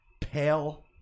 pale